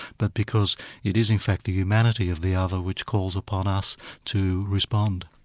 but because it is in fact the humanity of the other which calls upon us to respond.